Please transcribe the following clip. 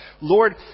Lord